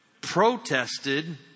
Protested